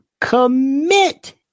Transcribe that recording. commit